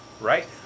Right